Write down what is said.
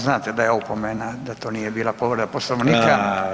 Znate da je opomena, da to nije bila povreda Poslovnika.